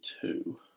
two